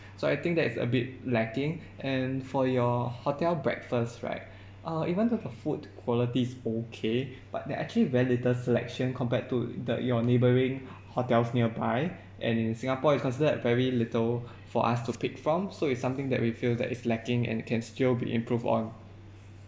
so I think that is a bit lacking and for your hotel breakfast right uh even though the food quality is okay but there are actually very little selection compared to the your neighbouring hotels nearby and in singapore is considered very little for us to pick from so is something that we feel that is lacking and can still be improved on